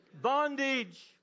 Bondage